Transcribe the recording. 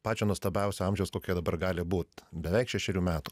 pačio nuostabiausio amžiaus kokio dabar jie gali būt beveik šešerių metų